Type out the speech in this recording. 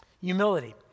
Humility